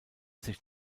sich